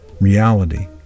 reality